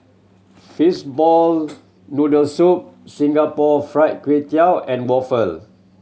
fishball noodle soup Singapore Fried Kway Tiao and waffle